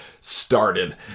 started